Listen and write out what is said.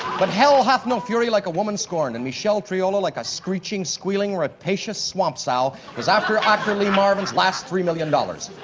but hell hath no fury like a woman scorned. and michele triola, like a screeching, squealing, rapacious swamp sow, is after actor lee marvin's last three million dollars.